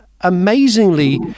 amazingly